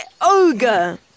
ogre